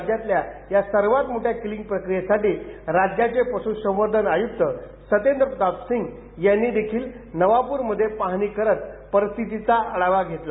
राज्यातल्या या सर्वात मोठ्या कलिंग प्रक्रीयेसाठी राज्याचे पशुसंवर्धन आयुक्त सतेंद्र प्रताप सिंग यांनी देखील नवापूर मध्ये पाहणी केली करत परिस्थीतीचा आढावा घेतला